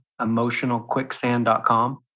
Emotionalquicksand.com